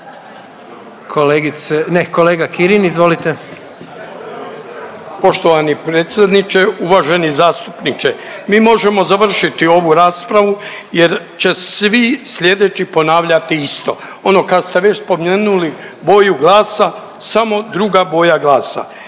kolega Kirin izvolite.